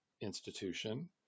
institution